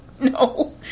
No